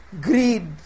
greed